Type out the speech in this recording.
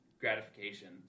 gratification